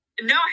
No